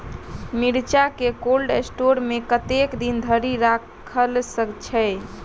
मिर्चा केँ cold store मे कतेक दिन धरि राखल छैय?